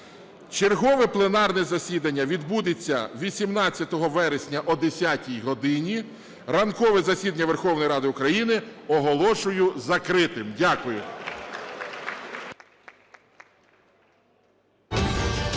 Чергове пленарне засідання відбудеться 18 вересня о 10 годині. Ранкове засідання Верховної Ради України оголошую закритим. Дякую.